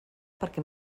perquè